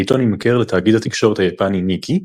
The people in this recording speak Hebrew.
העיתון יימכר לתאגיד התקשורת היפני ניקיי,